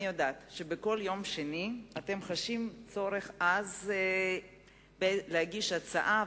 אני יודעת שבכל יום שני אתם חשים צורך עז להגיש הצעה,